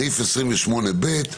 סעיף 28(ב),